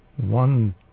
one